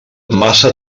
massa